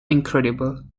incredible